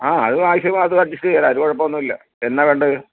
ആ അത് ആവശ്യം അത് അഡ്ജസ്റ്റ് ചെയ്തുതരാം അത് കുഴപ്പം ഒന്നുമില്ല എന്നാണ് വേണ്ടത്